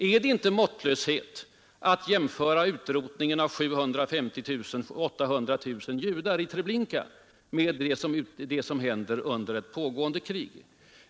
Är det inte måttlöshet att jämföra utrotningen av 750 000-800 000 judar i Treblinka med det som händer under ett pågående krig?